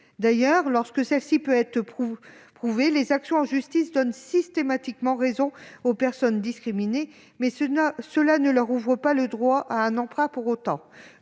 D'ailleurs, lorsque celle-ci peut être prouvée, les actions en justice donnent systématiquement raison aux personnes discriminées, sans que cela leur ouvre droit à un emprunt pour autant.